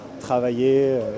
travailler